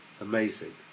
amazing